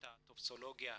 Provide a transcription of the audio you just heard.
את הטופסולוגיה,